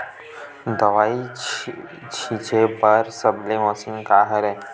दवाई छिंचे बर सबले मशीन का हरे?